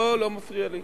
לא, לא מפריע לי.